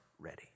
ready